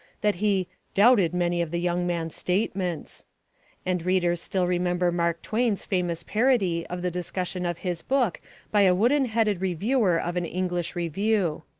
that he doubted many of the young man's statements and readers still remember mark twain's famous parody of the discussion of his book by a wooden-headed reviewer of an english review.